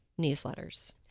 newsletters